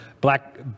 black